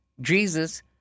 Jesus